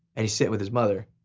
and he's sittin' with his mother,